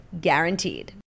guaranteed